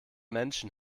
menschen